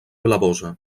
blavosa